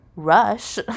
rush